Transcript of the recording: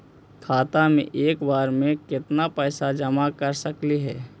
खाता मे एक बार मे केत्ना पैसा जमा कर सकली हे?